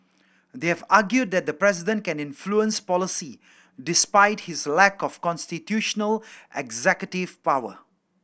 they have argued that the president can influence policy despite his lack of constitutional executive power